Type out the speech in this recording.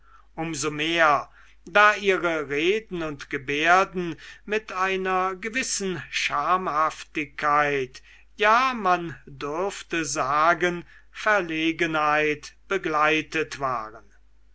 so mehr da ihre reden und gebärden mit einer gewissen schamhaftigkeit ja man dürfte sagen verlegenheit begleitet waren